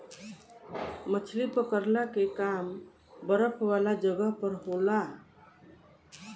मछली पकड़ला के काम बरफ वाला जगह पर होला